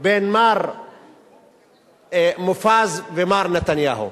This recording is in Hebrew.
בין מר מופז למר נתניהו.